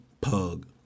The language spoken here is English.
pug